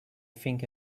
think